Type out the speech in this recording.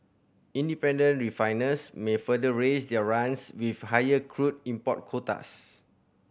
independent refiners may further raise their runs with higher crude import quotas